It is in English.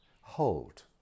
hold